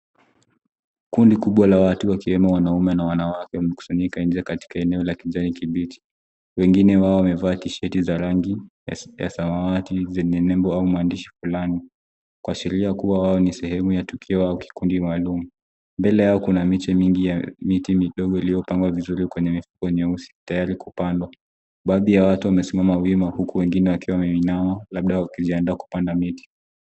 Kundi kubwa la watu wakiwemo wanaume na wanawake wamekusanyika inje katika eneo la kijani kibichi. Wengine wao wamevaa tishati za rangi ya samawati zenye nembo au maandishi fulani kuashiria kuwa wao ni sehemu ya tukio au kikundi maalum. Mbele yao kuna miche mingi ya miti midogo iliyo pangwa vizuri kwenye mifuko nyeusi tayari kupandwa. Baadhi ya watu wamesimama wima huku wengine wakiwa wameinama labda wakijiandaa kupanda miti.